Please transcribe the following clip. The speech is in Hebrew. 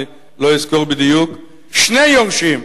אני לא אזכור בדיוק, שני יורשים,